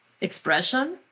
expression